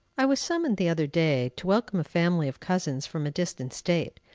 i was summoned, the other day, to welcome a family of cousins from a distant state,